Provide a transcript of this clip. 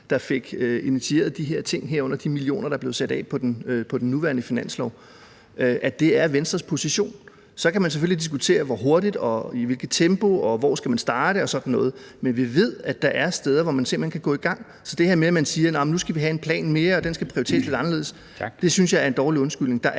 der fik initieret de her ting, herunder de millioner af kroner, der blev sat af på den nuværende finanslov, at det er Venstres position. Så kan man selvfølgelig diskutere, hvor hurtigt og i hvilket tempo det skal ske, og hvor man skal starte og sådan noget, men vi ved, at der er steder, hvor man simpelt hen kan gå i gang. Så det her med, at man siger, at nu skal man have en plan mere og den skal prioriteres lidt anderledes, synes jeg er en dårlig undskyldning.